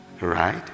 Right